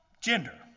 Gender